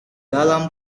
dalam